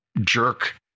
jerk